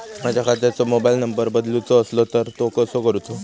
माझ्या खात्याचो mobile number बदलुचो असलो तर तो कसो करूचो?